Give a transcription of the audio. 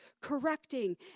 correcting